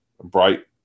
bright